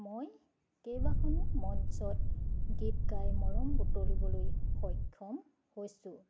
মই কেইবাখনো মঞ্চত গীত গাই মৰম বুটলিবলৈ সক্ষম হৈছোঁ